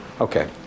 Okay